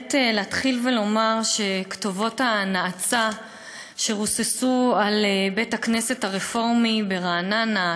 באמת להתחיל ולומר שכתובות הנאצה שרוססו על בית-הכנסת הרפורמי ברעננה,